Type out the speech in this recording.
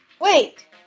Wait